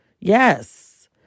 yes